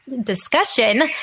discussion